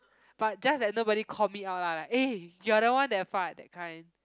but just that nobody called me out lah like eh you are the one that fart that kind